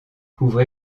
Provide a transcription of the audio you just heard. couvre